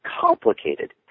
complicated